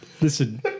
Listen